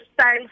style